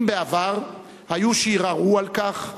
אם בעבר היו שערערו על כך,